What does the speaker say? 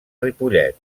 ripollet